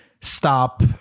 stop